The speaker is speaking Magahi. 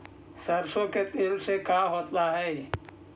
सरसों के तेल से का होता है?